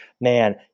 Man